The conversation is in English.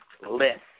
list